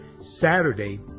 Saturday